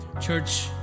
Church